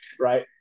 right